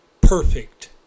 perfect